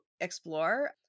explore